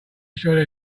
sure